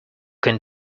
can